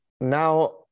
Now